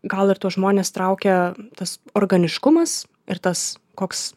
gal ir tuos žmones traukia tas organiškumas ir tas koks